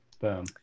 Boom